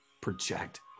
project